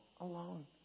alone